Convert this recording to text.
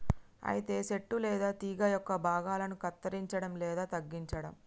అయితే సెట్టు లేదా తీగ యొక్క భాగాలను కత్తిరంచడం లేదా తగ్గించడం